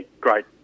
great